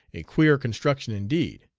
a queer construction indeed!